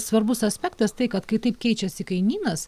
svarbus aspektas tai kad kai taip keičiasi kainynas